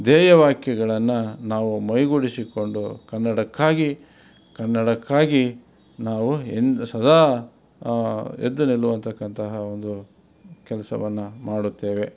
ಧ್ಯೇಯ ವಾಕ್ಯಗಳನ್ನು ನಾವು ಮೈಗೂಡಿಸಿಕೊಂಡು ಕನ್ನಡಕ್ಕಾಗಿ ಕನ್ನಡಕ್ಕಾಗಿ ನಾವು ಎಂದ್ ಸದಾ ಎದ್ದು ನಿಲ್ಲುವಂತಕ್ಕಂಥ ಒಂದು ಕೆಲಸವನ್ನು ಮಾಡುತ್ತೇವೆ